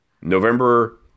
November